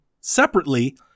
separately